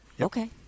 Okay